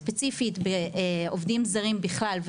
ספציפית עובדים זרים בכלל,